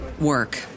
work